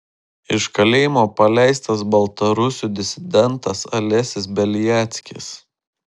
iš kalėjimo paleistas baltarusių disidentas alesis beliackis